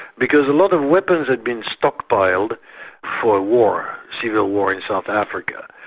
because a lot of weapons had been stockpiled for war, civil war in south africa,